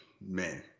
men